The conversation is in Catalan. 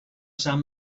sant